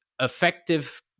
effective